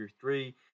three